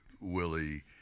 Willie